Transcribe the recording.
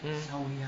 mm